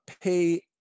pay